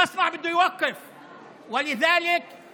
בוועדה הצביעו החרדים: ש"ס ויהדות התורה,